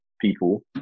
people